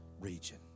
region